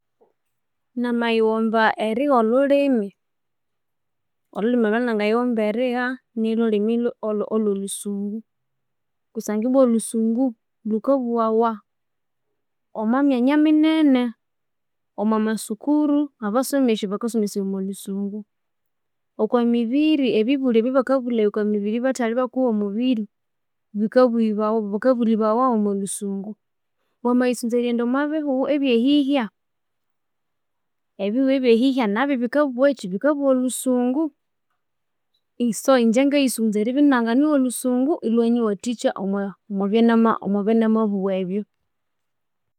Namaghighomba eryigha olhulhimi olhwangaghighomba eryigha nilhulhimi olwo olhwo olhusungu kusangwa ibwa olhusungu lhukabughawa omwa myanya minene, mwa masukuru abasomesha bakasomesaya olhusungu okwa mibiri ebibulhyo ebyabakabulhaya okwa mibiri bikabulhibawa omwa lhusungu wamaghisunza erighenda omwa bihugho ebyeyihya ebihugho ebyeyihya nabyu bikabugha aki olhusungu iso ingye ngayisunza eribya inanganigha olhusungu olhwangananyiwathikya omwabyanamabugha ebyo.